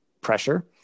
pressure